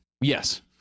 Yes